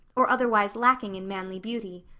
or otherwise lacking in manly beauty.